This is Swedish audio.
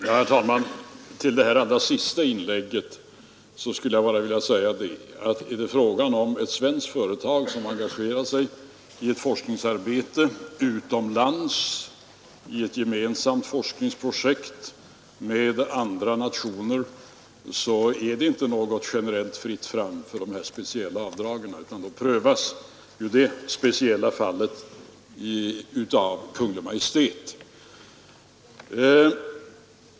Herr talman! Till det allra sista inlägget vill jag bara säga att om ett svenskt företag engagerar sig i ett gemensamt forskningsprojekt med andra nationer utomlands, så betyder det inte fritt fram för de speciella avdragen, utan då prövas fallet av Kungl. Maj:t.